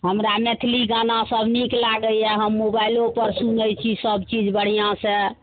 हमरा मैथिली गाना सब नीक लागइए हम मोबाइलोपर सुनय छी सब चीज बढ़िआँसँ